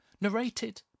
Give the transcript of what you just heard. narrated